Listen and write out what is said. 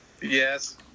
Yes